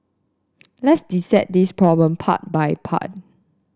let's dissect this problem part by part